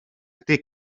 ydy